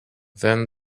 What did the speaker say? then